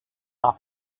off